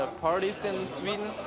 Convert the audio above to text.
ah parties in sweden?